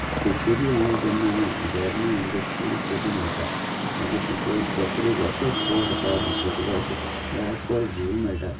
specially हांव जेन्ना वॅर्ना इंडस्ट्रियल इस्टेटीन वतां मागीर थंयसर एक प्रोपर एक असो स्पॉट आसा थंयसर तुका अशें प्रोपर व्यू मेळटा